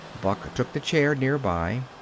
buck took the chair near by.